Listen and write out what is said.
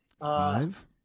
Five